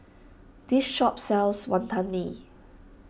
this shop sells Wantan Mee